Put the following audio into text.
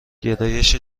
گرایش